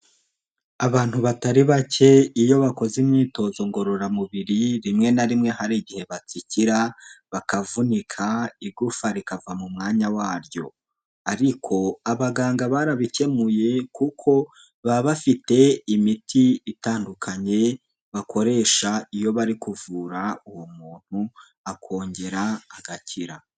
Abantu batari bake, iyo bakoze imyitozo ngororamubiri, rimwe na rimwe hari igihe batsikira bakavunika, igufa rikava mu mwanya waryo. Ariko abaganga barabikemuye, kuko baba bafite imiti itandukanye, bakoresha iyo bari kuvura uwo muntu, akongera agakira.